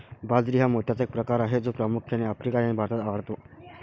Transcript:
बाजरी हा मोत्याचा एक प्रकार आहे जो प्रामुख्याने आफ्रिका आणि भारतात वाढतो